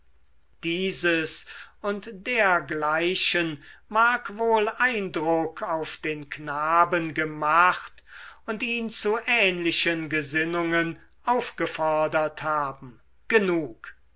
dieses und dergleichen mag wohl eindruck auf den knaben gemacht und ihn zu ähnlichen gesinnungen aufgefordert haben genug